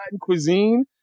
cuisine